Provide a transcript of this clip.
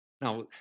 Now